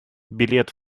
билет